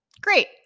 great